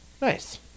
Nice